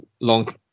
long